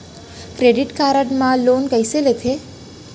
Credit card मा loan कइसे लेथे?